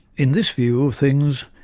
in this view of things,